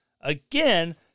Again